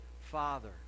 Father